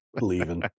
Leaving